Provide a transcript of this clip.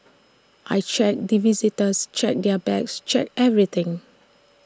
I check the visitors check their bags check everything